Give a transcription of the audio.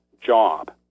job